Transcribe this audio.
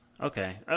Okay